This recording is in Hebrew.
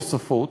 נוספות,